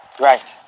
Right